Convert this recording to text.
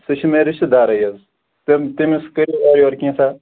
سُہ چھُ مےٚ رِشتہٕ دٲری حظ تٔمِس تٔمِس کٔرِو اوٗرٕ یوٗرٕ کینٛژھا